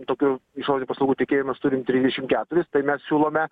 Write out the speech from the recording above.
tokių išorinių paslaugų tiekėjų mes turim trisdešimt keturis tai mes siūlome